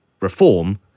reform